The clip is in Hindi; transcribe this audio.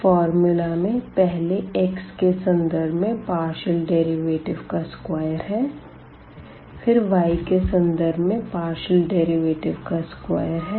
फ़ॉर्मूला में पहले x के संदर्भ में पार्शियल डेरिवेटिव का वर्ग है फिर y के संदर्भ में पार्शियल डेरिवेटिव का वर्ग है